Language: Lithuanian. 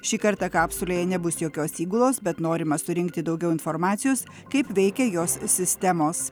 šį kartą kapsulėje nebus jokios įgulos bet norima surinkti daugiau informacijos kaip veikia jos sistemos